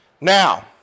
Now